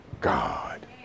God